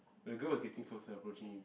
but the girl was getting closer approaching him